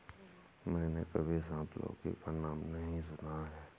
मैंने कभी सांप लौकी का नाम नहीं सुना है